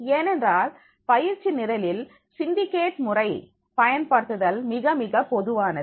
ஏனென்றால் பயிற்சி நிரலில் சிண்டிகேட் முறை பயன்படுத்துதல் மிக மிக பொதுவானது